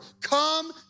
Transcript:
Come